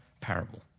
parable